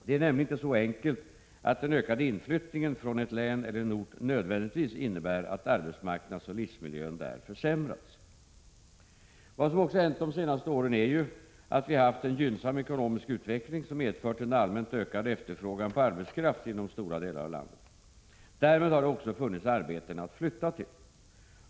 Det är nämligen inte så enkelt att den ökade inflyttningen från ett län eller en ort nödvändigtvis innebär att arbetsmarknadsoch livsmiljön där försämrats. Vad som också hänt de senaste åren är ju att vi haft en gynnsam ekonomisk utveckling som medfört en allmänt ökad efterfrågan på arbetskraft inom stora delar av landet. Därmed har det också funnits arbeten att flytta till.